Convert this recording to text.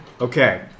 Okay